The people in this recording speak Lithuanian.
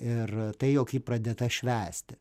ir tai jog ji pradėta švęsti